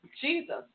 Jesus